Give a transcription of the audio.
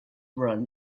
run